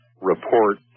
report